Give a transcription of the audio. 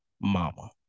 mama